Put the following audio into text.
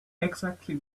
exactly